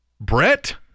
Brett